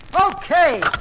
Okay